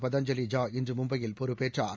பதாஞ்சலி ஜா இன்று மும்பையில் பொறுப்பேற்றார்